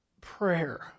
prayer